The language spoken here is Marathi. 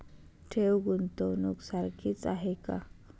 ठेव, गुंतवणूक सारखीच आहे का?